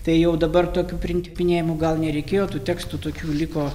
tai jau dabar tokių priimti pinėjimų gal nereikėjo tų tekstų tokių liko